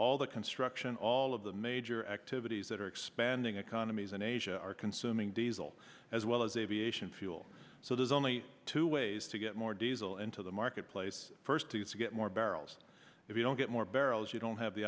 all the construction all of the major activities that are expanding economies in asia are consuming diesel as well as aviation fuel so there's only two ways to get more diesel into the marketplace first to get more barrels if you don't get more barrels you don't have the